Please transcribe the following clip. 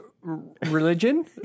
Religion